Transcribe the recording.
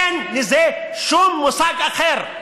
אין לזה שום מושג אחר.